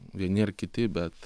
vieni ar kiti bet